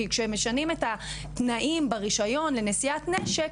כי כשמשנים את התנאים ברישיון לנשיאת נשק,